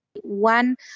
One